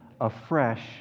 afresh